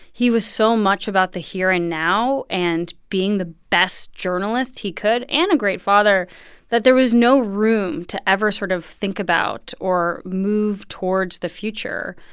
he was so much about the here and now and being the best journalist he could and a great father that there was no room to ever sort of think about or move towards the future.